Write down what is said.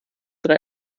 drei